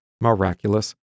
miraculous